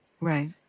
Right